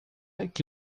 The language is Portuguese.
que